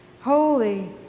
Holy